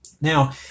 Now